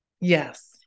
Yes